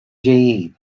ġejjin